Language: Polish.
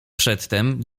przedtem